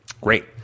Great